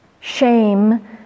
Shame